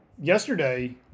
yesterday